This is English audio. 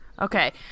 Okay